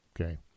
okay